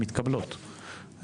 מתקבלות,